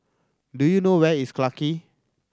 do you know where is Collyer Quay